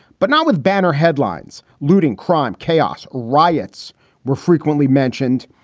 but not with banner headlines. looting, crime, chaos. riots were frequently mentioned.